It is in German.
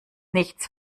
nichts